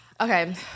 okay